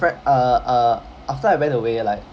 friend uh uh after I went away like